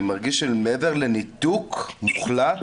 אני מרגיש שמעבר לניתוק מוחלט